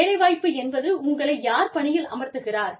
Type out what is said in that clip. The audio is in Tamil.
வேலைவாய்ப்பு என்பது உங்களை யார் பணியில் அமர்த்துகிறார்